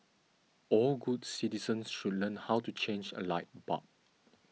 all good citizens should learn how to change a light bulb